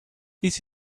this